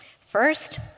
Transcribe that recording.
First